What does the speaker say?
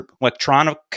electronic